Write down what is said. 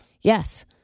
Yes